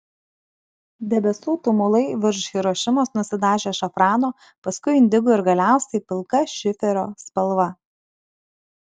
debesų tumulai virš hirošimos nusidažė šafrano paskui indigo ir galiausiai pilka šiferio spalva